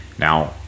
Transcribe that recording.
Now